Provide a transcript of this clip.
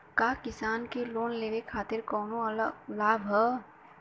का किसान के लोन लेवे खातिर कौनो अलग लाभ बा?